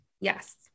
Yes